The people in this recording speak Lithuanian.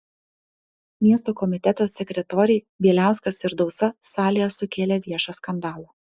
miesto komiteto sekretoriai bieliauskas ir dausa salėje sukėlė viešą skandalą